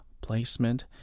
placement